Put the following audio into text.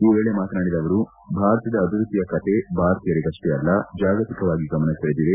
ಈ ವೇಳೆ ಮಾತನಾಡಿದ ಅವರು ಭಾರತದ ಅಭಿವೃದ್ಧಿಯ ಕತೆ ಭಾರತೀಯರಿಗಷ್ಟೇ ಅಲ್ಲ ಜಾಗತಿಕವಾಗಿ ಗಮನ ಸೆಳೆದಿದೆ